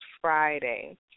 Friday